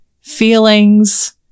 feelings